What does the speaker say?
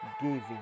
giving